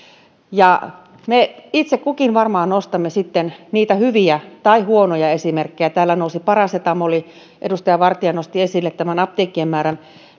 me itse kukin varmaan nostamme sitten niitä hyviä tai huonoja esimerkkejä täällä nousi parasetamoli edustaja vartiainen nosti esille tämän apteekkien määrän